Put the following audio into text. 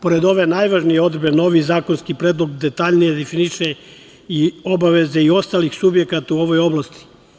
Pored ove najvažnije odredbe novi zakonski predlog detaljnije definiše i obaveze i ostalih subjekata u ovoj oblasti.